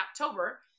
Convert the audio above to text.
October